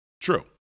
true